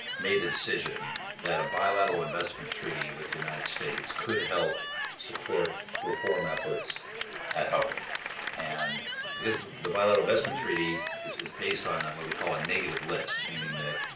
made the decision that a bilateral investment treaty with the united states could help support reform efforts at home and because the the bilateral investment treaty is is based on what we call a negative list. meaning that